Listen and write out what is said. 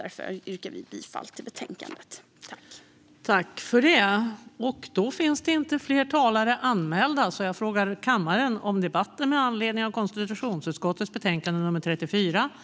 Därför yrkar jag bifall till utskottets förslag.